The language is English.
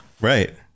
right